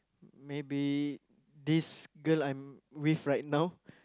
maybe this girl I'm with right now